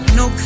no